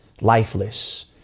lifeless